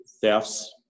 thefts